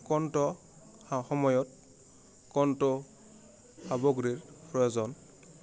কন্ত সময়ত কন্ত সামগ্ৰীৰ প্ৰয়োজন